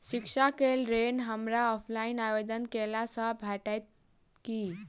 शिक्षा केँ लेल ऋण, हमरा ऑफलाइन आवेदन कैला सँ भेटतय की?